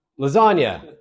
Lasagna